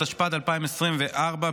התשפ"ד 2024,